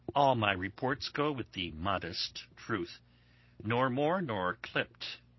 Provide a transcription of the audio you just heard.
all my reports go with the modest truth nor more nor clipp'd,